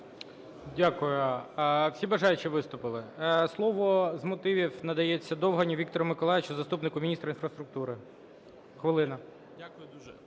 Дякую. Всі бажаючі виступили? Слово з мотивів надається Довганю Віктору Миколайовичу, заступнику міністра інфраструктури – хвилина.